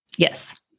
Yes